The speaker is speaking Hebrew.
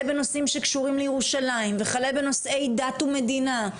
בנושאים שקשורים לירושלים וכלה בנושאי דת ומדינה,